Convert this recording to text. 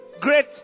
great